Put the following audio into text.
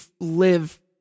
live